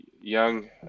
young